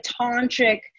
tantric